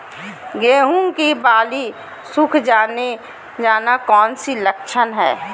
गेंहू की बाली सुख जाना कौन सी लक्षण है?